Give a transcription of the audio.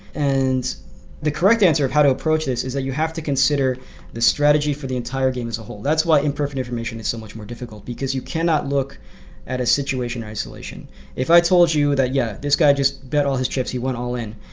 and the correct answer of how to approach this is that you have to consider the strategy for the entire game as a whole, that's why imperfect information is so much more difficult because you cannot look at a situation or an isolation if i told you yeah, this guy just bet all his chips, he went all in.